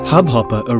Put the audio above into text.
Hubhopper